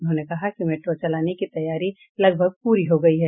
उन्होंने कहा कि मेट्रो चलाने की तैयारी लगभग पूरी हो गयी है